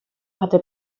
hatte